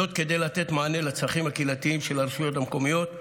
זאת כדי לתת מענה לצרכים הקהילתיים של הרשויות המקומיות.